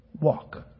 walk